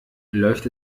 läuft